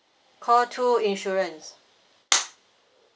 call two insurance